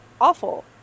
awful